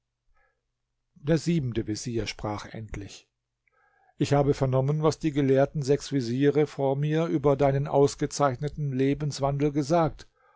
der siebente vezier sprach endlich ich habe vernommen was die gelehrten sechs veziere vor mir über deinen ausgezeichneten lebenswandel gesagt